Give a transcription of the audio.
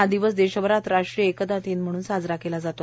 हा दिवस देशभरात राष्ट्रीय एकता दिवस म्हणून साजरा केला जातो